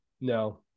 no